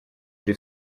при